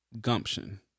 Gumption